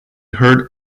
heard